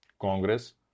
Congress